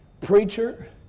Preacher